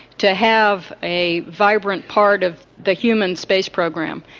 to have a vibrant part of the human space program.